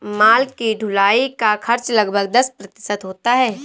माल की ढुलाई का खर्च लगभग दस प्रतिशत होता है